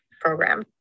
program